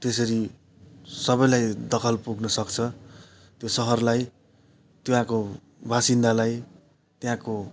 त्यसरी सबैलाई दखल पुग्नु सक्छ त्यो सहरलाई त्यहाँको वासिन्दालाई त्यहाँको